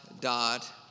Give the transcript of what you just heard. dot